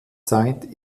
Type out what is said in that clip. zeit